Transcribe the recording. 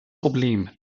problem